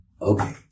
Okay